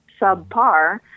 subpar